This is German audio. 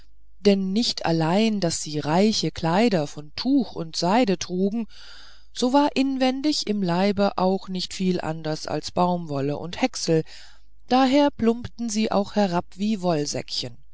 denn nicht allein daß sie reiche kleider von tuch und seide trugen so war inwendig im leibe auch nicht viel anders als baumwolle und häcksel daher plumpten sie auch herab wie wollsäckchen